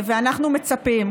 אנחנו מצפים,